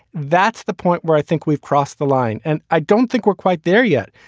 that's the point where i think we've crossed the line. and i don't think we're quite there yet.